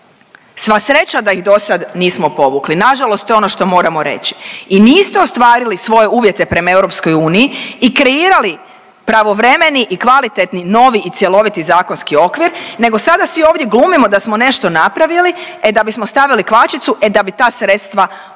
Sva sreća da ih dosad nismo povukli, nažalost to je ono što moramo reći i niste ostvarili svoje uvjete prema EU i kreirali pravovremeni i kvalitetni novi i cjeloviti zakonski okvir nego sada svi ovdje glumimo da smo nešto napravili, e da bismo stavili kvačicu, e da bi ta sredstva onda